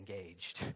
engaged